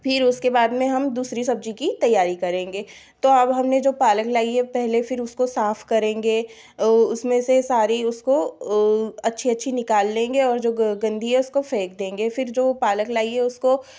फिर उसके बाद में हम दूसरी सब्ज़ी की तैयारी करेंगे तो अब हमने जो पालक लाई है पहले फिर उसको साफ करेंगे उसमें से सारी उसको अच्छी अच्छी निकाल लेंगे और जो गंदी है उसको फेंक देंगे फिर जो पालक लाई है उसको